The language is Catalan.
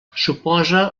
suposa